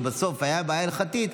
שהייתה בעיה הלכתית,